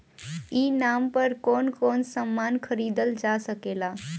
ई नाम पर कौन कौन समान खरीदल जा सकेला?